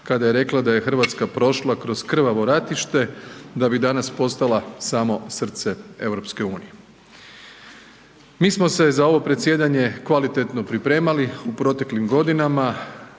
kada je rekla da je RH prošla kroz krvavo ratište da bi danas postala samo srce EU. Mi smo se za ovo predsjedanje kvalitetno pripremali u proteklim godinama,